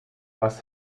was